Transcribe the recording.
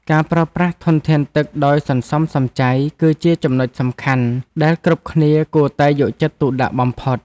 ការប្រើប្រាស់ធនធានទឹកដោយសន្សំសំចៃ គឺជាចំណុចសំខាន់ដែលគ្រប់គ្នាគួរតែយកចិត្តទុកដាក់បំផុត។